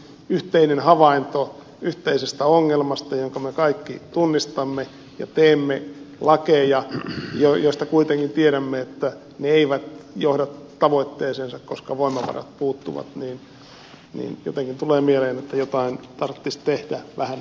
yhteinen havainto yhteisestä ongelmasta jonka me kaikki tunnistamme ja teemme lakeja joista kuitenkin tiedämme että ne eivät johda tavoitteeseensa koska voimavarat puuttuvat niin jotenkin tulee mieleen että jotain tarttis tehdä vähän